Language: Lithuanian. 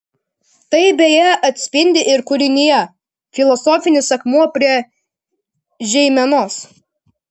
tai beje atsispindi ir kūrinyje filosofinis akmuo prie žeimenos